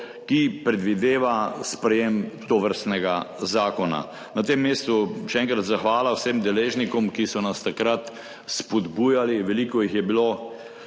ki predvideva sprejetje tovrstnega zakona. Na tem mestu še enkrat zahvala vsem deležnikom, ki so nas takrat spodbujali, veliko jih je bilo.